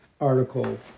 article